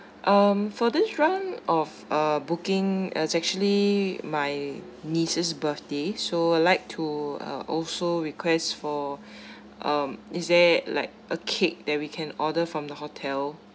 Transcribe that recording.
um for this round of uh booking is actually my niece's birthday so would like to uh also requests for um is there like a cake that we can order from the hotel